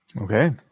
Okay